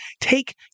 take